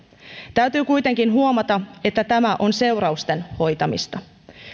täytyy kuitenkin huomata että tämä on seurausten hoitamista